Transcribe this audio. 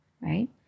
right